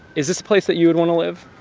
is this a place that you would want to live?